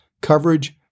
coverage